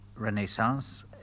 Renaissance